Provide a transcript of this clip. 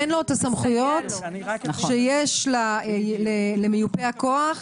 אין לו סמכויות שיש למיופה הכוח,